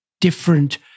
different